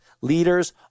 leaders